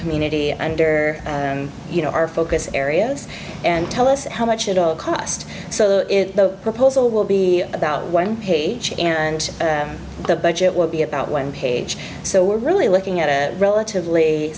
community and you know our focus areas and tell us how much it'll cost so it the proposal will be about one page and the budget will be about one page so we're really looking at a relatively